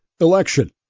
election